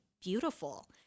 beautiful